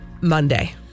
Monday